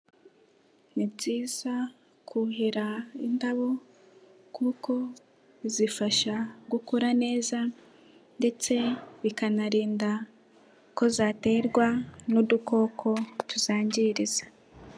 Ni byiza kuhira indabo kuko bizifasha gukura neza ndetse bikanarinda ko zaterwa n'udukoko tuzangiriza.